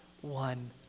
one